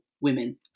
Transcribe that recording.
women